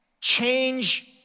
change